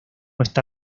está